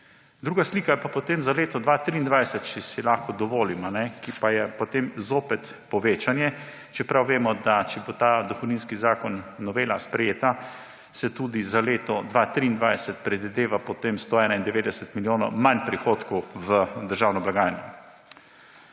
Druga slika pa je potem za leto 2023, če si lahko dovolim, ko pa je potem zopet povečanje, čeprav vemo, da če bo ta novela dohodninskega zakona sprejeta, se tudi za leto 2023 predvideva potem 191 milijonov manj prihodkov v državno blagajno.